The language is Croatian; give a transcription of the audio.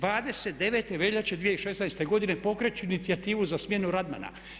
29. veljače 2016. godine pokreću inicijativu za smjenu Radmana.